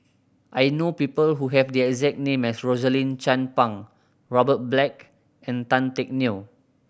I know people who have the exact name as Rosaline Chan Pang Robert Black and Tan Teck Neo